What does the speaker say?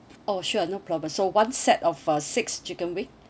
oh sure no problem so one set of uh six chicken wing